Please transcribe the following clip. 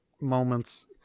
moments